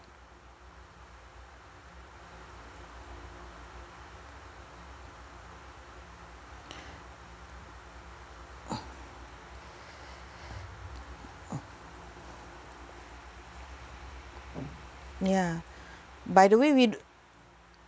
ya by the way we d~